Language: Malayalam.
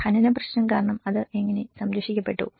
ഖനന പ്രശ്നം കാരണം അത് എങ്ങനെ സംരക്ഷിക്കപ്പെട്ടു